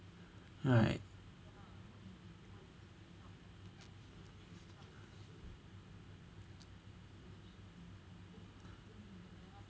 right